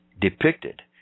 depicted